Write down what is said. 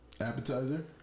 appetizer